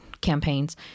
campaigns